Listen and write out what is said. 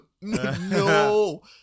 no